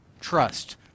trust